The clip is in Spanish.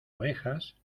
ovejas